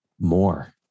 more